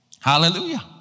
Hallelujah